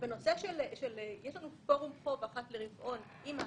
יש לנו פורום חוב אחת לרבעון עם האנליזה,